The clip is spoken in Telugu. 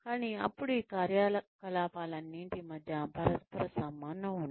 కానీ అప్పుడు ఈ కార్యకలాపాలన్నింటి మధ్య పరస్పర సంబంధం ఉంది